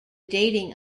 dating